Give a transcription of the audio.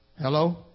Hello